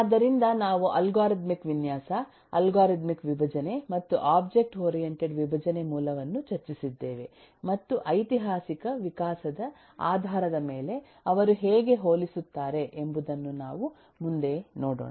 ಆದ್ದರಿಂದ ನಾವು ಅಲ್ಗಾರಿದಮಿಕ್ ವಿನ್ಯಾಸ ಅಲ್ಗಾರಿದಮಿಕ್ ವಿಭಜನೆ ಮತ್ತು ಒಬ್ಜೆಕ್ಟ್ ಓರಿಯಂಟೆಡ್ ವಿಭಜನೆ ಮೂಲವನ್ನು ಚರ್ಚಿಸಿದ್ದೇವೆ ಮತ್ತು ಐತಿಹಾಸಿಕ ವಿಕಾಸದ ಆಧಾರದ ಮೇಲೆ ಅವರು ಹೇಗೆ ಹೋಲಿಸುತ್ತಾರೆ ಎಂಬುದನ್ನು ನಾವು ಮುಂದೆ ನೋಡೋಣ